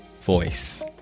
voice